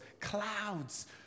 clouds